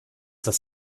das